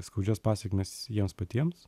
skaudžias pasekmes jiems patiems